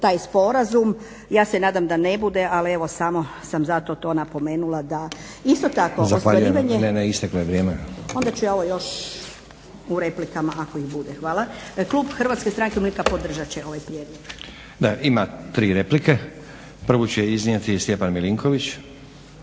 taj sporazum. Ja se nadam da ne bude, ali evo samo sam zato to napomenula da. … /Upadica Stazić: Zahvaljujem. Ne, ne. Isteklo je vrijeme./ … Onda ću ja ovo još u replikama ako ih bude. Hvala. Klub Hrvatske stranke umirovljenika podržat će ovaj prijedlog. **Stazić, Nenad (SDP)** Da, ima tri replike. Prvu će iznijeti Stjepan Milinković.